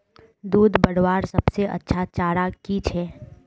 दूध बढ़वार सबसे अच्छा चारा की छे?